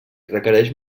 requereix